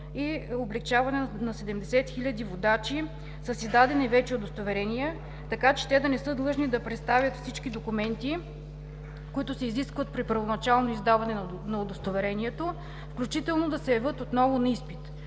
и облекчаване на 70 хил. водачи с издадени вече удостоверения, така че те да не се длъжни да представят всички документи, които се изискват при първоначално издаване на удостоверението, включително да се явяват отново на изпит.